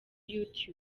youtube